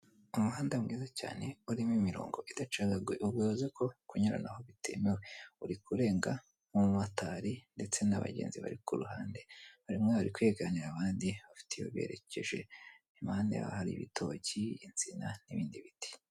Umuhanda mwiza cyane urimo imirongo idacagaguye, ugavuze ko kunyuranaho bitemewe; uri kurenga umumotari ndetse n'abagenzi bari ku ruhande barimo bari kwiganira abandi bafite iyo berekeje, impande hari ibitoki, insina n'ibindi biti.